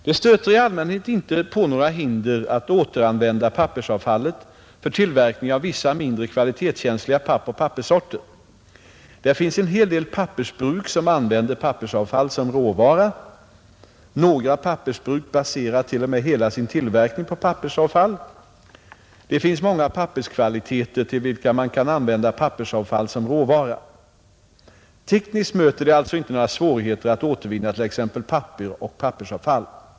Det stöter i allmänhet inte på några hinder att återanvända pappersavfallet för tillverkning av vissa mindre kvalitetskänsliga pappoch papperssorter. Det finns en hel del pappersbruk som använder pappersavfall som råvara. Några pappersbruk baserar t.o.m. hela sin tillverkning på pappersavfall. Det finns många papperskvaliteter till vilka man kan använda pappersavfall som råvara. Tekniskt möter det alltså inte några svårigheter att återvinna t.ex. papper och pappersavfall.